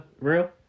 real